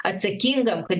atsakingam kad